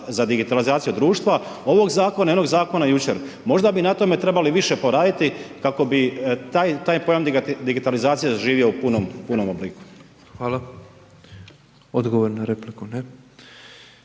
za digitalizaciju društva ovog zakona i onog zakona jučer. Možda bi na tome trebali više poraditi, kako bi taj pojam digitalizacije doživio u punom obliku. **Petrov, Božo (MOST)** Odgovor na repliku. Ne.